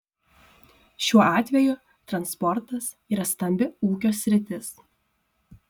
šiuo atveju transportas yra stambi ūkio sritis